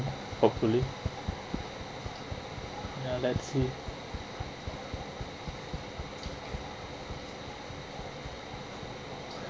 hopefully ya let's see